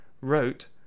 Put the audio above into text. wrote